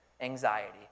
anxiety